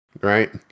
Right